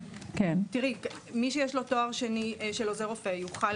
מי שיש לו תואר שני של עוזר רופא יוכל